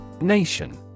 Nation